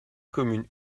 commune